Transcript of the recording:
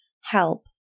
Help